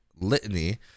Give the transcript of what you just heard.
litany